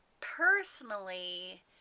Personally